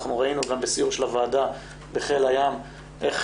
אנחנו ראינו גם בסיור של הוועדה בחיל הים איך